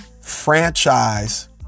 franchise